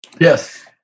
Yes